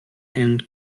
and